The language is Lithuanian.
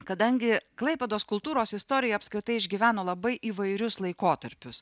kadangi klaipėdos kultūros istorija apskritai išgyveno labai įvairius laikotarpius